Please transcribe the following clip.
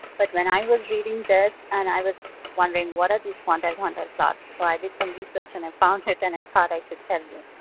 but when i was reading this and i was wondering what are these quantile-quantile plots. so i did some research and i found it, and i thought i should tell you.